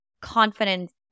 confidence